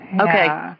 Okay